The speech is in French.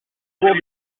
cours